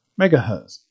megahertz